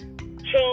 change